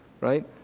right